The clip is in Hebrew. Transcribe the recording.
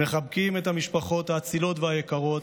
מחבקים את המשפחות האצילות והיקרות,